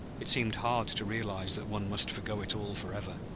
it seemed hard to realize that one must forego it all for ever.